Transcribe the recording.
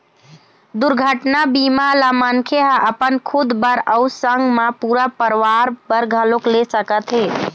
दुरघटना बीमा ल मनखे ह अपन खुद बर अउ संग मा पूरा परवार बर घलोक ले सकत हे